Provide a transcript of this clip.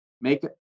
make